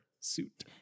suit